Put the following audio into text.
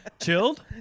Chilled